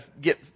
get